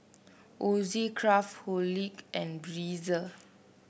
Ozi Craftholic and Breezer